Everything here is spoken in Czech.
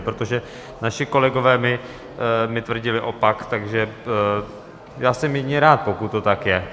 Protože naši kolegové mi tvrdili opak, takže já jsem jedině rád, pokud to tak je.